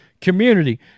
community